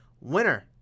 Winner